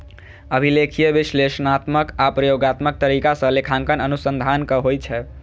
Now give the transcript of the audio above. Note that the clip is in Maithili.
अभिलेखीय, विश्लेषणात्मक आ प्रयोगात्मक तरीका सं लेखांकन अनुसंधानक होइ छै